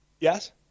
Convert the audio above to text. Yes